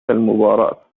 المباراة